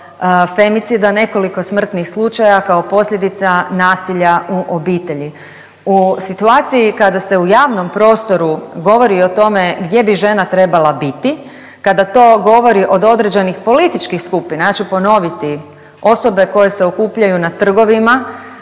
femicida, nekoliko smrtnih slučaja kao posljedica nasilja u obitelji. U situaciji kada se u javnom prostoru govori o tome gdje bi žena trebala biti, kada to govori od određenih političkih skupina. Ja ću ponoviti osobe koje se okupljaju na trgovima